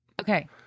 Okay